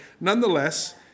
nonetheless